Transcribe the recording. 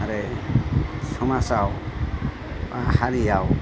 आरो समाजाव हारियाव